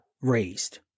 raised